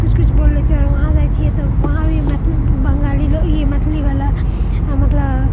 किछु किछु बोलि लए छै आओर वहांँ जाइ छी तऽ वहांँ भी मैथिलीवला